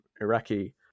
Iraqi